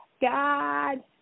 God